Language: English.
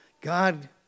God